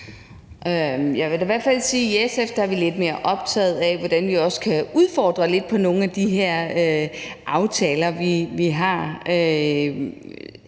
Jeg vil da i hvert fald sige, at vi i SF er lidt mere optaget af, hvordan vi også lidt kan udfordre nogle af de her aftaler, som vi har.